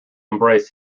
embrace